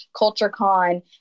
CultureCon